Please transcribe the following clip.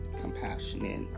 compassionate